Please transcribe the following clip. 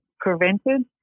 prevented